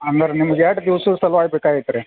ಹಂಗಾರೆ ನಿಮ್ಗ ಎಟ್ ದಿವ್ಸದ ಸಲ್ವಾಗಿ ಬೇಕಾಗ್ಯತು ರೀ